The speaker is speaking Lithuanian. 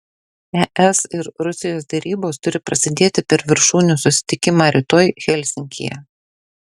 es ir rusijos derybos turi prasidėti per viršūnių susitikimą rytoj helsinkyje